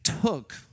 took